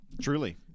Truly